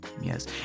Yes